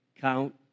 count